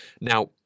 Now